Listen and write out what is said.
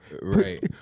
Right